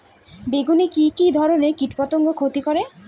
বেগুনে কি কী ধরনের কীটপতঙ্গ ক্ষতি করে?